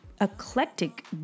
eclectic